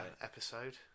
episode